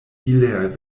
iliaj